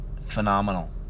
Phenomenal